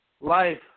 life